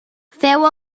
feu